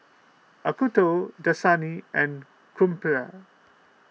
Acuto Dasani and Crumpler